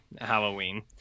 Halloween